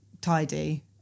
tidy